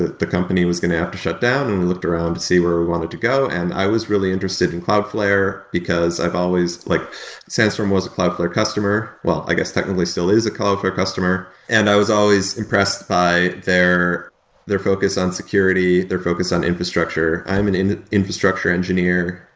the company was going to have to shut down and we looked around to see where we wanted to go, and i was really interested in cloudflare, because i've always like sandstorm was a cloudflare customer. well, i guess technically still is a cloudflare customer, and i was always impressed by their their focus on security, their focus on infrastructure. i'm an infrastructure engineer,